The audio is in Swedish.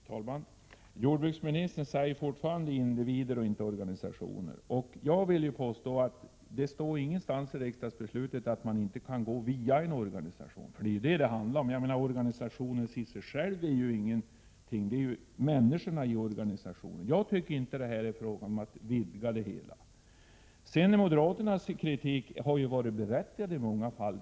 Herr talman! Jordbruksministern vidhåller att det gäller individer och inte organisationer. Jag vill påstå att det inte står någonstans i riksdagsbeslutet att anslag inte kan ges via en organisation — det är vad det handlar om. En organisation i sig är ju ingenting, utan det är människorna i organisationen det gäller. Jag tycker inte att det är fråga om att vidga det hela. Moderaternas kritik har varit berättigad i många fall.